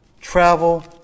travel